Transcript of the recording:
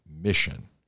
mission